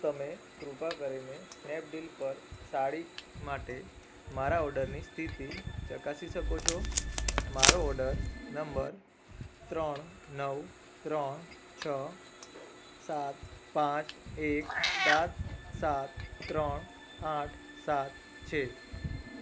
શું તમે કૃપા કરીને સ્નેપડીલ પર સાડી માટે મારા ઓર્ડરની સ્થિતિ ચકાસી શકો છો મારો ઓડર નંબર ત્રણ નવ ત્રણ છ સાત પાંચ એક સાત સાત ત્રણ આઠ સાત છે